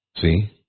See